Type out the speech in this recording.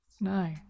No